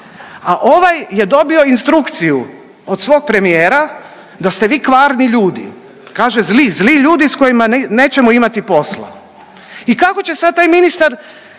a ovaj je dobio instrukciju od svog premijera da ste vi kvarni ljudi, kaže zli, zli ljudi sa kojima nećemo imati posla. I kako će sad taj ministar